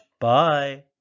Bye